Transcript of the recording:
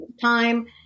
time